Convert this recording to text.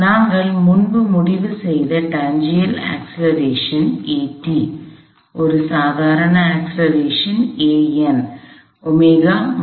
நாங்கள் முன்பு முடிவு செய்த டான்ஜென்ஷியல் அக்ஸலரேஷன் ஒரு சாதாரண அக்ஸலரேஷன் மற்றும்